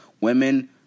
Women